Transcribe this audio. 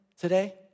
today